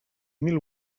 mil